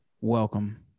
Welcome